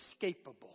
inescapable